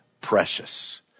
precious